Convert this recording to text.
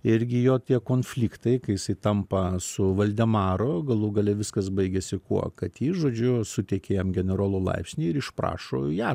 irgi jo tie konfliktai kai jisai tampa su valdemaru galų gale viskas baigėsi kuo kad jis žodžiu suteikė jam generolo laipsnį ir išprašo ją